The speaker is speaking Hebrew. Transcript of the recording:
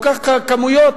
או כך וכך כמויות,